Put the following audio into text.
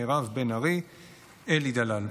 מירב בן ארי ואלי דלל.